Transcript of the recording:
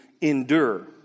endure